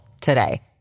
today